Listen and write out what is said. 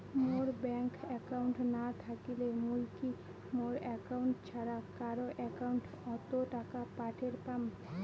মোর bank account না থাকিলে মুই কি মোর একাউন্ট ছাড়া কারো একাউন্ট অত টাকা পাঠের পাম?